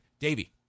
Davey